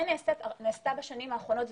כן נעשתה בשנים האחרונות,